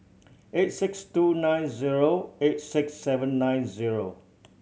eight six two nine zero eight six seven nine zero